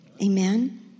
Amen